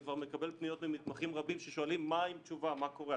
אני כבר מקבל פניות ממתמחים רבים ששואלים מה עם תשובה ומה קורה.